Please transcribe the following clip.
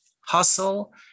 hustle